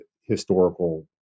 historical